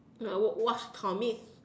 uh w~ watch comics